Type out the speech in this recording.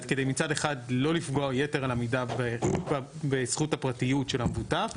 כדי מצד אחד לא לפגוע יתר על המידה בזכות הפרטיות של המבוטח.